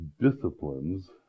disciplines